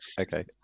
Okay